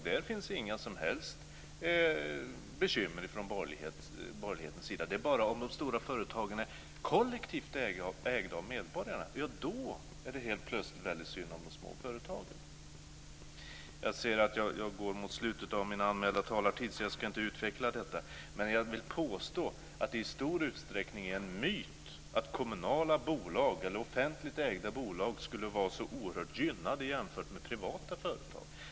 Där finns inga som helst bekymmer från borgerlighetens sida. Det är bara om de stora företagen är kollektivt ägda av medborgarna som det helt plötsligt är väldigt synd om de små företagen. Jag ser att jag går mot slutet av min anmälda talartid, så jag ska inte utveckla detta. Men jag vill påstå att det i stor utsträckning är en myt att offentligt ägda bolag skulle vara så oerhört gynnade jämfört med privata företag.